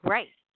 Right